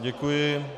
Děkuji.